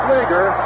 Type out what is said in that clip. leaguer